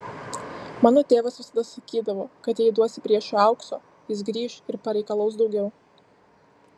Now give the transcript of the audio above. mano tėvas visada sakydavo kad jei duosi priešui aukso jis grįš ir pareikalaus daugiau